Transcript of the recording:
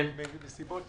מסיבות